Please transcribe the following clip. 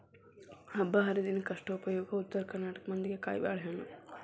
ಹಬ್ಬಾಹರಿದಿನಕ್ಕ ಅಷ್ಟ ಉಪಯೋಗ ಉತ್ತರ ಕರ್ನಾಟಕ ಮಂದಿಗೆ ಕಾಯಿಬಾಳೇಹಣ್ಣ